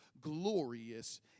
glorious